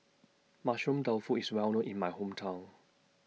Mushroom Tofu IS Well known in My Hometown